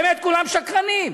באמת כולם שקרנים,